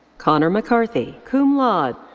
conor mccarthy, cum laude.